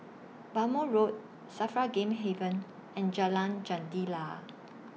Bhamo Road SAFRA Game Haven and Jalan Jendela